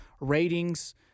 ratings